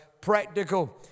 practical